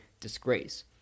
disgrace